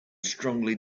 strongly